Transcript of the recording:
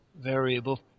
Variable